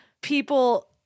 people